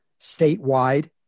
statewide